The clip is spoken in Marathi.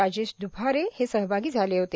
राजेश दुफारे हे सहभागी झाले होते